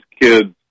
kids